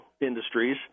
industries